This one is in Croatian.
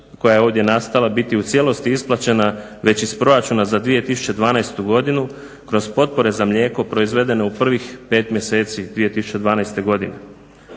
koja je ovdje nastala biti u cijelosti isplaćena već iz proračuna za 2012. godinu kroz potpore za mlijeko proizvedene u prvih 5 mjeseci 2012.godine.